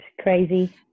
crazy